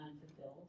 unfulfilled